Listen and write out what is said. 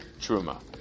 truma